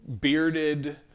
bearded